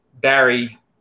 Barry